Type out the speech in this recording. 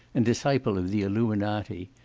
and disciple of the illuminati,